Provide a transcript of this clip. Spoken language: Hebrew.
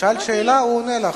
שאלת שאלה, הוא עונה לך.